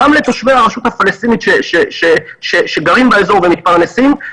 גם לתושבי הרשות הפלסטינית שגרים באזור ומתפרנסים.